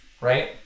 right